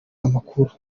amakuru